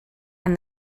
and